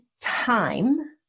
time